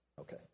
Okay